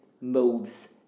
moves